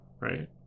right